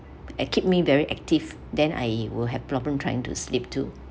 at keep me very active then I will have problem trying to sleep too